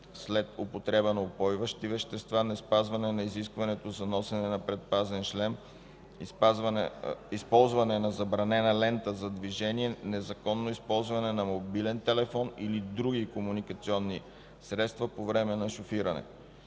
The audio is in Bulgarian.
след употреба на упойващи вещества; - неспазване на изискването за носене на предпазен шлем; - използване на забранена лента за движение; - незаконно използване на мобилен телефон или други комуникационни средства по време на шофиране.